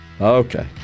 Okay